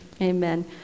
Amen